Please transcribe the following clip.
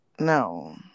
No